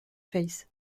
faith